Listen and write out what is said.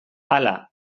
hala